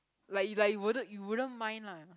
like you like you wouldn't you wouldn't mind lah